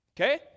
Okay